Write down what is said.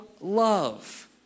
love